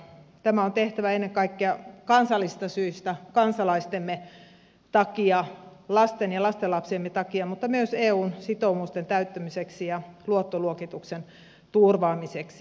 tämä on tehtävä ennen kaikkea kansallisista syistä kansalaistemme takia lasten ja lastenlapsiemme takia mutta myös eun sitoumusten täyttämiseksi ja luottoluokituksen turvaamiseksi